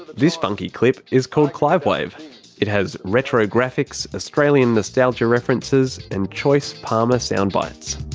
this funky clip is called clive wave it has retro graphics, australian nostalgia references, and choice palmer soundbites.